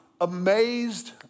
amazed